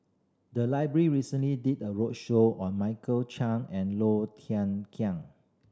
the library recently did a roadshow on Michael Chiang and Low Thia Khiang